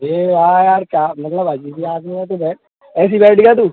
अरे या यार क्या मतलब अजीब ही आदमी है तू बैठ ऐसी बैठ गया तू